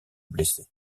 blessé